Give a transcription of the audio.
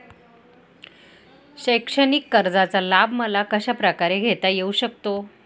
शैक्षणिक कर्जाचा लाभ मला कशाप्रकारे घेता येऊ शकतो?